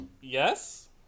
Yes